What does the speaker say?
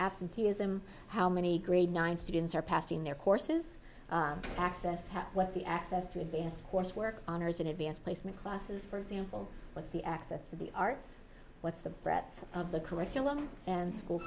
absenteeism how many grade nine students are passing their courses access have the access to advanced coursework honors in advanced placement classes for example with the access to the arts what's the breadth of the curriculum and school